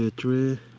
ah three.